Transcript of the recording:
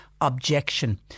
objection